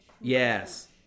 Yes